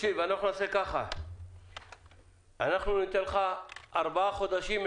אנחנו ניתן לך ארבעה חודשים,